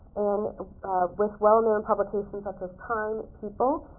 and with well-known publications such as time, people,